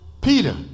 Peter